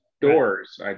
doors